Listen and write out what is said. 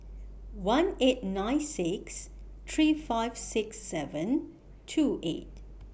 one eight nine six three five six seven two eight